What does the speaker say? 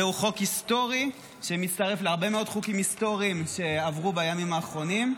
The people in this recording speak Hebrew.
זהו חוק היסטורי שמצטרף להרבה חוקים היסטוריים שעברו בימים האחרונים.